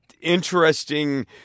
interesting